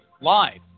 live